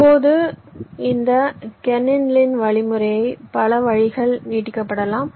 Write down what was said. இப்போது இந்த Kernighan Lin வழிமுறை பல வழிகளில் நீட்டிக்கப்படலாம்